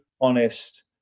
honest